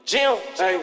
Jim